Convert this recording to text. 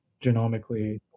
genomically